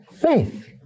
faith